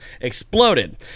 exploded